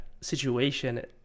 situation